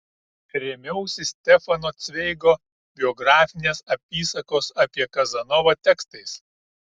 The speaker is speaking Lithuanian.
rėmiausi stefano cveigo biografinės apysakos apie kazanovą tekstais